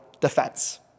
defense